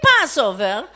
Passover